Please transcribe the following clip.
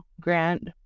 grant